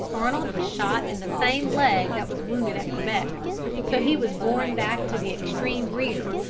arnold was shot in the same leg that was wounded at quebec so he was borne back to the extreme rear,